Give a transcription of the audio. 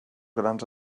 grans